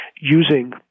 using